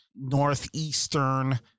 Northeastern